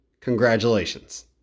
Congratulations